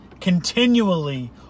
continually